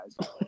guys